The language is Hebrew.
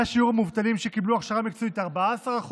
היה שיעור המובטלים שקיבלו הכשרה מקצועית 14%,